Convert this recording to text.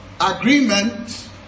agreement